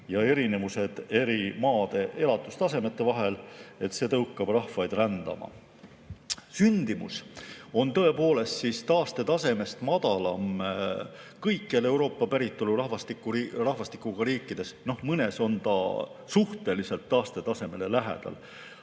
ja erinevused eri maade elatustasemete vahel, mis tõukab rahvaid rändama. Sündimus on tõepoolest taastetasemest madalam kõikjal Euroopa päritolu rahvastikuga riikides. Mõnes on ta suhteliselt taastetaseme lähedal.